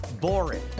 boring